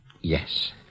Yes